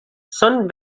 són